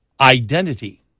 identity